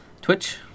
Twitch